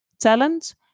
talent